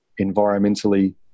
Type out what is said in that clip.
environmentally